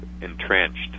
entrenched